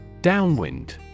Downwind